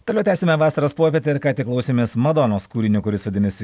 toliau tęsiame vasaros popietę ir ką tik klausėmės madonos kūrinio kuris vadinasi